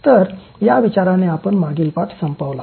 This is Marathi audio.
तर या विचाराने आपण मागील पाठ संपवला